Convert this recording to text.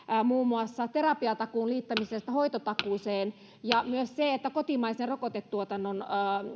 muun muassa terapiatakuun liittämisestä hoitotakuuseen ja myös siitä että kotimaisen rokotetuotannon